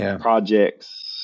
projects